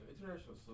international